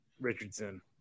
Richardson